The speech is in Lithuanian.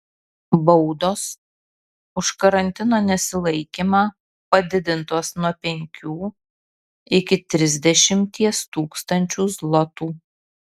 baudos už karantino nesilaikymą padidintos nuo penkių iki trisdešimties tūkstančių zlotų